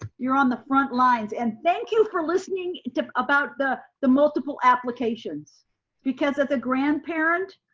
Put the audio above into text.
you're on the front lines and thank you for listening about the the multiple applications because as a grandparent,